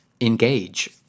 engage